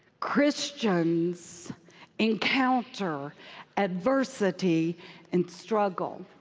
christians encounter adversity and struggle.